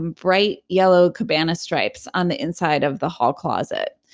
um bright yellow cabana stripes on the inside of the hall closet.